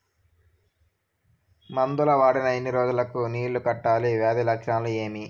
మందులు వాడిన ఎన్ని రోజులు కు నీళ్ళు కట్టాలి, వ్యాధి లక్షణాలు ఏమి?